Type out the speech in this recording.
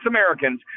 Americans